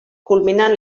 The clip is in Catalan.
culminant